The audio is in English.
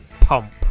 Pump